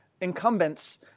incumbents